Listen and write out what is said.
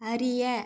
அறிய